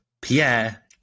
Pierre